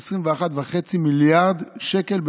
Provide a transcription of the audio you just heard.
21.5 מיליארד שקל,